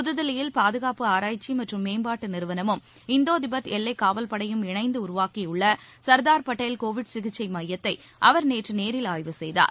புதுதில்லியில் பாதுகாப்பு ஆராய்ச்சி மற்றும் மேம்பாட்டு நிறுவளமும் இந்தோ திபெத் எல்லைக்காவல்படையும் இணைந்து உருவாக்கியுள்ள சர்தார் பட்டேல் கோவிட் சிகிச்சை மையத்தை அவர் நேற்று நேரில் ஆய்வு செய்தார்